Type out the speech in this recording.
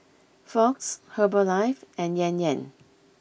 Fox Herbalife and Yan Yan